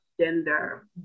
gender